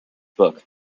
book